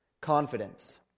Confidence